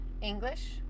English